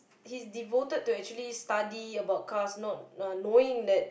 he's devoted to actually study about cars not uh knowing that